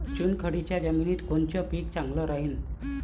चुनखडीच्या जमिनीत कोनचं पीक चांगलं राहीन?